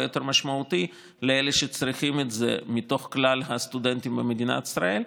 יותר משמעותי לאלה שצריכים את זה מתוך כלל הסטודנטים במדינת ישראל.